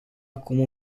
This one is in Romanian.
acum